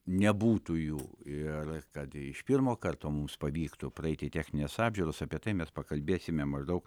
nebūtų jų ir kad iš pirmo karto mums pavyktų praeiti technines apžiūras apie tai mes pakalbėsime maždaug